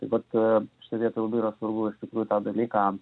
tai vat a šitoj vietoj labai yra svarbu iš tikrųjų tą dalyką